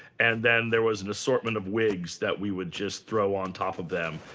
and then there was an assortment of wigs that we would just throw on top of them,